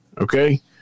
Okay